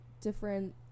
different